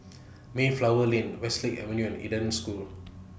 Mayflower Lane Westlake Avenue and Eden School